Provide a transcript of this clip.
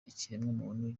ikiremwamuntu